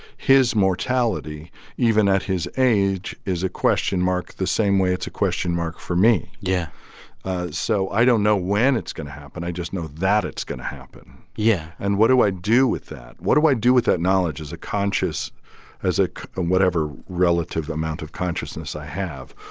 his mortality, even at his age, is a question mark the same way it's a question mark for me yeah so i don't know when it's going to happen. i just know that it's going to happen yeah and what do i do with that? what do i do with that knowledge as a conscious as a and whatever relative amount of consciousness i have?